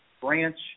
branch